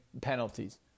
penalties